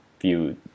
view